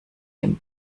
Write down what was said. dem